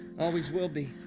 always will be.